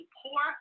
poor